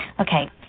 Okay